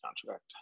contract